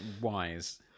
wise